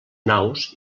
naus